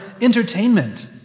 entertainment